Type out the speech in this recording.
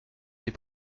des